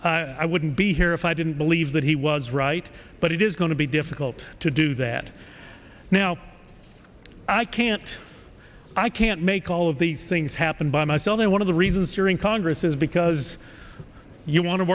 i wouldn't be here if i didn't believe that he was right but it is going to be difficult to do that now i can't i can't make all of these things happen by myself and one of the reasons you're in congress is because you want to